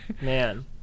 Man